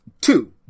two